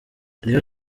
rayon